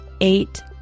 Eight